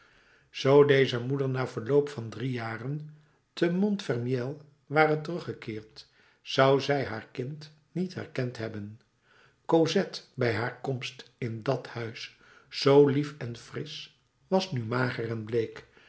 zoo deze moeder na verloop van drie jaren te montfermeil ware teruggekeerd zou zij haar kind niet herkend hebben cosette bij haar komst in dat huis zoo lief en frisch was nu mager en bleek